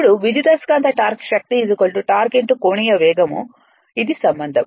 ఇప్పుడు విద్యుదయస్కాంత టార్క్ శక్తి టార్క్ కోణీయ వేగం ఇది సంబంధం